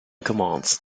command